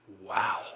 wow